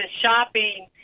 shopping